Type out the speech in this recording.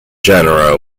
genera